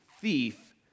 thief